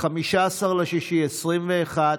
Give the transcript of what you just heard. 15 ביוני 2021,